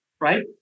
Right